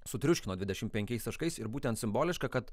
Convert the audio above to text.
sutriuškino dvidešim penkiais taškais ir būtent simboliška kad